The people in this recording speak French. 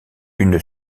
une